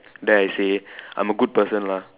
dare I say I'm a good person lah